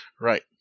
Right